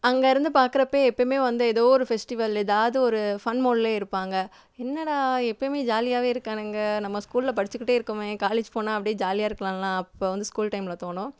அங்கிருந்து பார்க்குறப்பையே எப்பயுமே வந்து ஏதோ ஒரு ஃபெஸ்டிவல் எதாவது ஒரு ஃபன் மோடிலே இருப்பாங்க என்னடா எப்பயுமே ஜாலியாகவே இருக்காணுங்க நம்ம ஸ்கூலில் படித்துக்கிட்டே இருக்கோமே காலேஜ் போனால் அப்படியே ஜாலியாக இருக்கலாமெலாம் அப்போ வந்து ஸ்கூல் டைமில் தோணும்